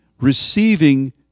receiving